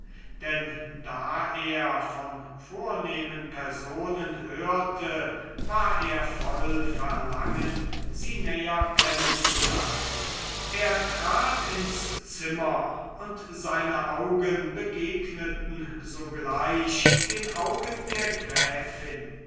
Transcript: denn da er von vornehmen personen hörte war er voll verlangen sie näher kennen zu lernen er trat ins zimmer und seine augen begegneten sogleich den augen der gräfin